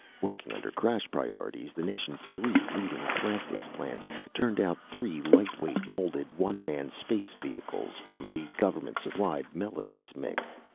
working under crash priorities, the nation's three leading plastics plants turned out three, lightweight, molded, one-man space vehicles from the government-supplied melody's mix.